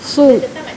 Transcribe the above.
so